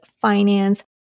Finance